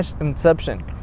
Inception